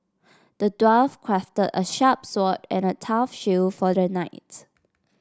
the dwarf crafted a sharp sword and a tough shield for the knight